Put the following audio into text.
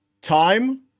Time